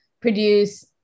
produce